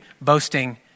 boasting